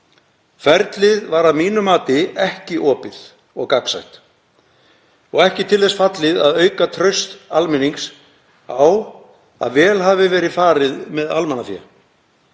Ferlið var að mínu mati ekki opið og gagnsætt og ekki til þess fallið að auka traust almennings á að vel hafi verið farið með almannafé.